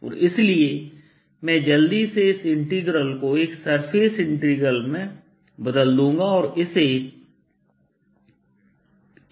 और इसलिए मैं जल्दी से इस इंटीग्रल को एक सरफेस इंटीग्रल में बदल दूंगा और इसे Ar04πKsin